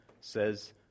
says